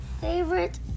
favorite